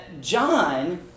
John